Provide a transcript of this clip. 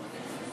בעד